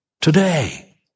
Today